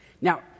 Now